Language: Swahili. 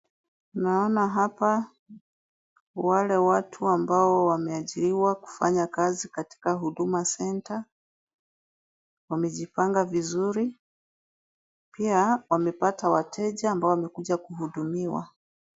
Naona hapa wale watu ambao wameajiriwa kufanya kazi katika Huduma Centre wamejipanga vizuri, pia wamepata wateja ambao wamekuja kuhudumiwa.